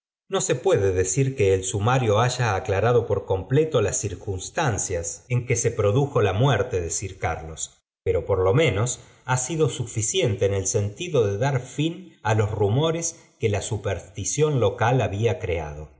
ano se puede decir que el sumario haya aclarando por completo las circunstancias en que se produjo la muerte de sir carlos pero por lo menos ha sido suficiente en el sentido de dar fin á los nimores que la superstición local había creado